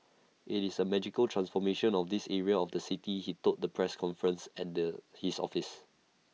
IT is A magical transformation of this area of the city he told the press conference at the his offices